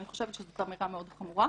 אני חושבת שזאת אמירה מאוד חמורה.